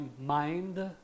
mind